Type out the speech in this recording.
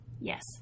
Yes